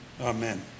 Amen